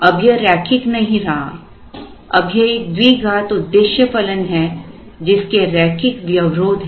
अब यह रैखिक नहीं रहा अब यह एक द्विघात उद्देश्य फलन है जिसके रेखिक व्यवरोध हैं